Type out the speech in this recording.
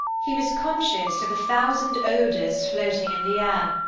he was conscious of a thousand odours floating in the air,